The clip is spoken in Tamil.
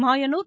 மாயனூர்